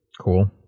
Cool